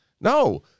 no